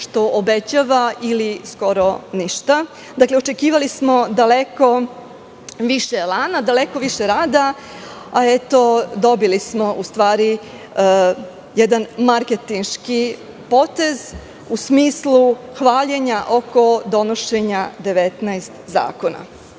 što obećava ili skoro ništa. Dakle, očekivali smo daleko više elana, daleko više rada, a eto dobili smo u stvari jedan marketinški potez u smislu hvaljenja oko donošenja 19